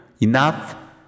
enough